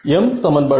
m சமன்பாடுகள்